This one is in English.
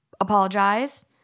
Apologize